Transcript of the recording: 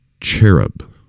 cherub